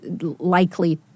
likely